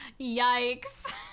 Yikes